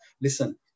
Listen